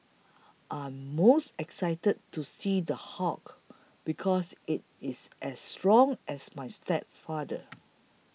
I'm most excited to see The Hulk because it is as strong as my stepfather